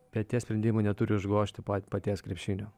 bet tie sprendimai neturi užgožti pa paties krepšinio